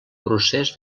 procés